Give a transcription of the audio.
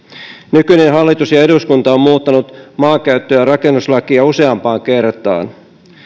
nykyinen hallitus ja eduskunta ovat muuttaneet maankäyttö ja rakennuslakia useampaan kertaan